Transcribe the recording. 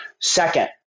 Second